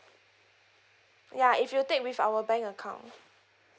ya if you take with our bank account